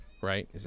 Right